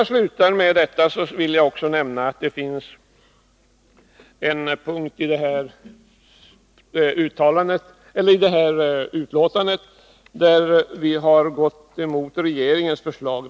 Jag vill också nämna att det finns en punkt i detta utlåtande där vi har gått emot regeringens förslag.